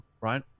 right